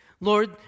Lord